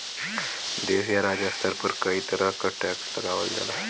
देश या राज्य स्तर पर कई तरह क टैक्स लगावल जाला